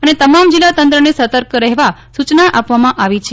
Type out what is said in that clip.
અને તમામ જીલ્લા તંત્રને સતક રફેવા સુચના આપવામાં આવી છે